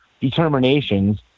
determinations